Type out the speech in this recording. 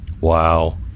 Wow